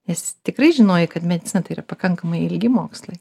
nes tikrai žinojai kad medicina tai yra pakankamai ilgi mokslai